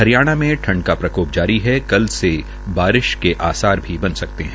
हरियाणा में ठंड का प्रको जारी है कल से बारिश के आसार बन सकते है